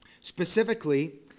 Specifically